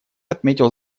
отметил